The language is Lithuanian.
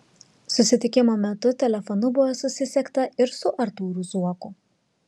susitikimo metu telefonu buvo susisiekta ir su artūru zuoku